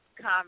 come